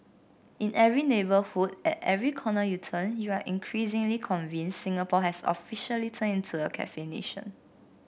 in every neighbourhood at every corner you turn you are increasingly convinced Singapore has officially turned into a cafe nation